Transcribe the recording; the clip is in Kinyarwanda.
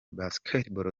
basketball